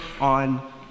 on